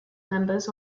members